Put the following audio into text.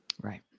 Right